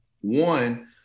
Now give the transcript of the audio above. One